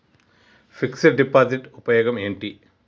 Fix డ్ deposit ఉపయోగం ఏంటి?